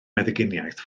meddyginiaeth